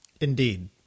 Indeed